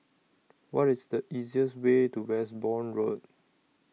What IS The easiest Way to Westbourne Road